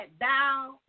thou